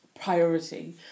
priority